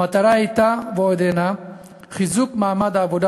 המטרה הייתה ועודנה חיזוק מעמד העבודה